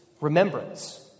remembrance